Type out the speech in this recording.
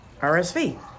RSV